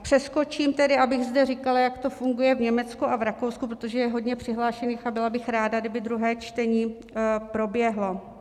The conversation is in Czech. Přeskočím tedy, abych zde říkala, jak to funguje v Německu a v Rakousku, protože je hodně přihlášených, a byla bych ráda, aby druhé čtení proběhlo.